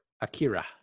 Akira